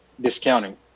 discounting